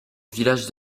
village